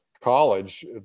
college